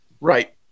Right